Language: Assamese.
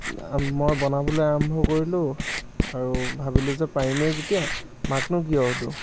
মই বনাবলৈ আৰম্ভ কৰিলোঁ আৰু ভাবিলোঁ যে পাৰিমেই যেতিয়া মাকনো কিয় সোধো